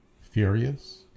furious